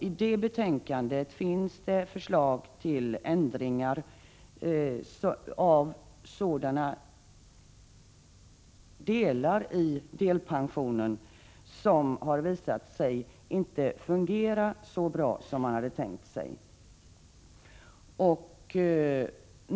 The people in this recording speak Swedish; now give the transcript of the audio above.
I det betänkandet finns förslag till ändringar av sådana avsnitt av delpensionen som har visat sig inte fungera så bra som man hade tänkt sig.